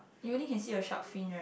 you only can see your shark fin right